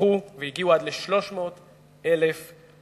פרחו והגיעו עד ל-300,000 מתיישבים.